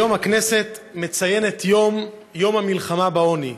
היום הכנסת מציינת את יום המלחמה בעוני.